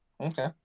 Okay